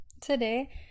today